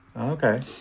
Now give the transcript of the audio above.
Okay